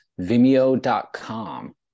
vimeo.com